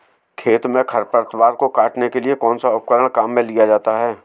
खेत में खरपतवार को काटने के लिए कौनसा उपकरण काम में लिया जाता है?